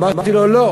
אמרתי לו: לא.